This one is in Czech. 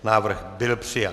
Návrh byl přijat.